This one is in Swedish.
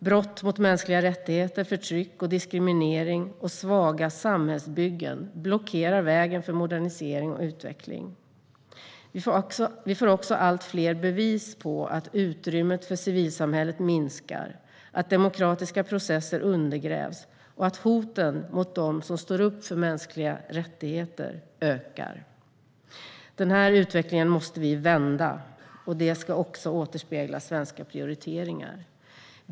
Brott mot mänskliga rättigheter, förtryck, diskriminering och svaga samhällsbyggen blockerar vägen för modernisering och utveckling. Vi får också allt fler bevis på att utrymmet för civilsamhället minskar, att demokratiska processer undergrävs och att hoten mot dem som står upp för mänskliga rättigheter ökar. Den här utvecklingen måste vi vända, och det ska också återspegla svenska prioriteringar.